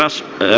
aspö